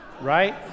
right